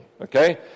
okay